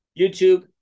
YouTube